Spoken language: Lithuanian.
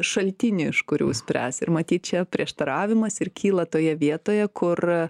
šaltinį iš kurių spręs ir matyt čia prieštaravimas ir kyla toje vietoje kur